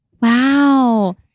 Wow